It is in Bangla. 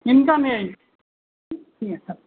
চিন্তা নেই